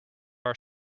our